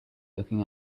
looking